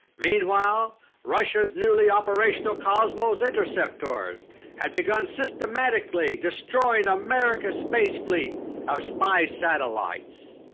meanwhile russia's newly operational cosmos interceptors had begun systematically destroying america's space fleet of spy satellites.